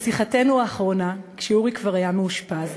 בשיחתנו האחרונה, כשאורי כבר היה מאושפז,